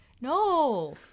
no